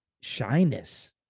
shyness